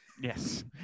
Yes